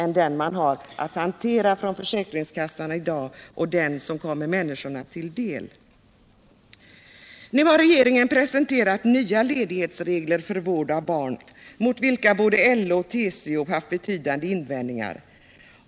Nu har regeringen presenterat nya regler för ledighet för vård av barn. Mot dessa regler har både LO och TCO haft betydande invändningar att göra.